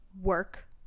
work